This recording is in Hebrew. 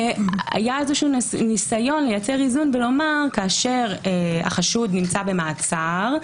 היה ניסיון לייצר איזון ולומר: כאשר החשוד נמצא במעצר,